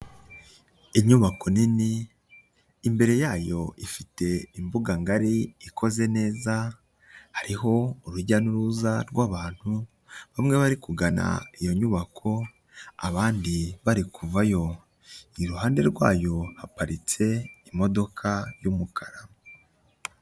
Inyubako nini imbere yayo ifite imbuga ngari ikoze neza, hariho urujya n'uruza rw'abantu bamwe bari kugana iyo nyubako, abandi bari kuvayo, iruhande rwayo haparitse imodoka y'umukara.